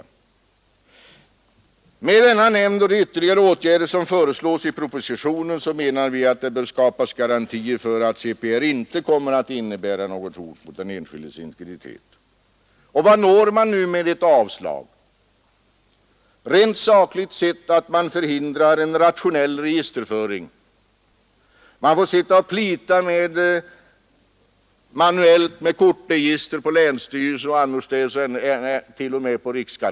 Vi menar att med denna nämnd och de ytterligare åtgärder som föreslås i propositionen, bör garantier skapas för att CPR inte kommer att innebära något hot mot den enskildes integritet. Och vad når man med ett avslag? Jo, rent sakligt sett förhindras en rationell registerföring. På länsstyrelser och annorstädes — t.o.m. på riksskatteverket — får man sitta och plita manuellt med kortregister.